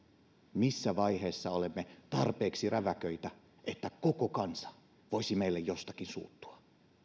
missä vaiheessa olemme tarpeeksi räväköitä että koko kansa voisi meille jostakin suuttua